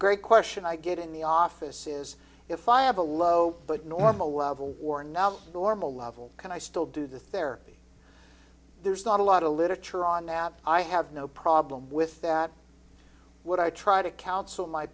great question i get in the office is if i have a low but normal level or now normal level can i still do the therapy there's not a lot of literature on nab i have no problem with that what i try to counsel my